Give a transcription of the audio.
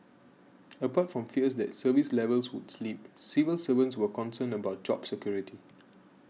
apart from fears that service levels would slip civil servants were concerned about job security